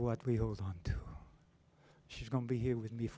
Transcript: what we hold on she's going to be here with me